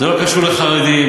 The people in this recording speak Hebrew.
זה לא קשור לחרדים,